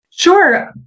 Sure